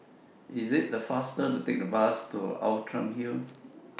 IS IT faster to Take The Bus to Outram Hill